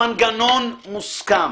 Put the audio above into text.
שהמנגנון מוסכם.